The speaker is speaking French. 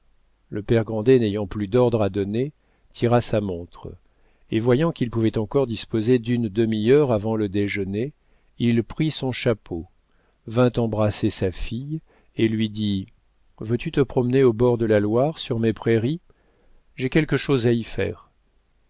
le père grandet n'ayant plus d'ordre à donner tira sa montre et voyant qu'il pouvait encore disposer d'une demi-heure avant le déjeuner il prit son chapeau vint embrasser sa fille et lui dit veux-tu te promener au bord de la loire sur mes prairies j'ai quelque chose à y faire